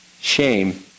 shame